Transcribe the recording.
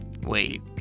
Wait